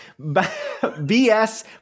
BS